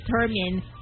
determine